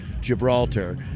Gibraltar